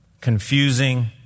confusing